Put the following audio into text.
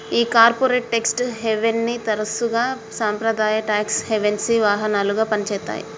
ఈ corporate tax హేవెన్ని తరసుగా సాంప్రదాయ టాక్స్ హెవెన్సి వాహనాలుగా పని చేత్తాయి